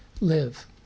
live